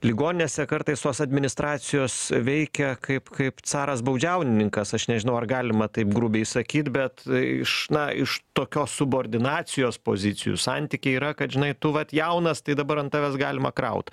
ligoninėse kartais tos administracijos veikia kaip kaip caras baudžiaunininkas aš nežinau ar galima taip grubiai sakyt bet iš na iš tokios subordinacijos pozicijų santykiai yra kad žinai tu vat jaunas tai dabar ant tavęs galima kraut